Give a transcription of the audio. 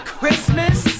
Christmas